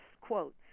quote